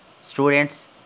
students